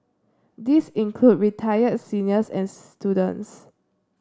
these include retired seniors and students